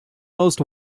most